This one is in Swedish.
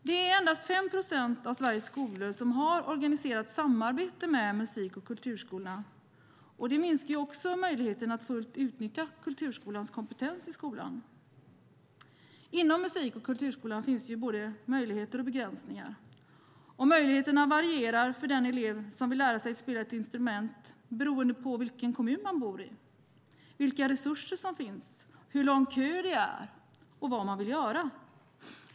Det är endast 5 procent av Sveriges skolor som har ett organiserat samarbete med musik och kulturskolan. Det minskar möjligheterna att utnyttja kulturskolornas kompetens fullt i skolan. Inom musik och kulturskolan finns det både möjligheter och begränsningar. Möjligheterna varierar för den elev som vill lära sig spela ett instrument beroende på vilken kommun man bor i, vilka resurser som finns, hur lång kö det är och vad man vill göra.